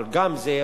אבל גם זה,